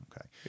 Okay